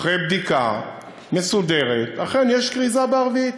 אחרי בדיקה מסודרת, אכן יש כריזה בערבית,